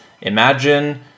imagine